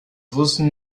wussten